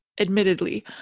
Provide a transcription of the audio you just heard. admittedly